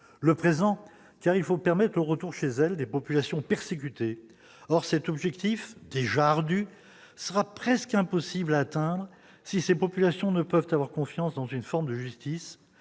le présent car il faut permettre au retour chez elle des populations persécutées, or cet objectif déjà ardu sera presque impossible à atteindre, si ces populations ne peuvent avoir confiance dans une forme de justice